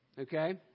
okay